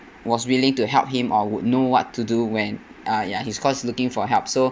was willing to help him or would know what to do when uh ya he's of course looking for help so